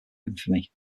infamy